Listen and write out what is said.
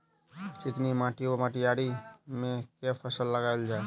चिकनी माटि वा मटीयारी मे केँ फसल लगाएल जाए?